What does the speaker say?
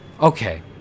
Okay